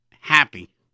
happy